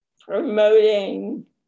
promoting